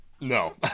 No